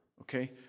Okay